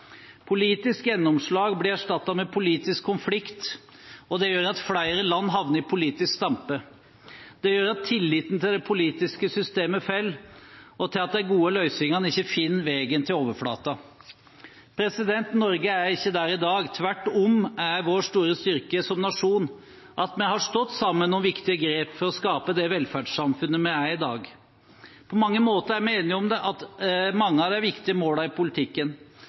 Politisk gjennomslag blir erstattet med politisk konflikt, og det gjør at flere land havner i politisk stampe. Det gjør at tilliten til det politiske systemet faller, og at de gode politiske løsningene ikke finner veien til overflaten. Norge er ikke der i dag. Tvert om er vår store styrke som nasjon at vi har stått sammen om viktige grep for å skape det velferdssamfunnet vi er i dag. På mange måter er vi enige om mange av de viktige målene i politikken.